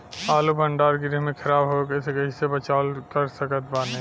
आलू भंडार गृह में खराब होवे से कइसे बचाव कर सकत बानी?